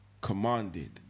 commanded